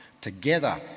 together